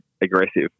aggressive